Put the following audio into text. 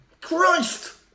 CHRIST